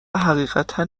حقیقتا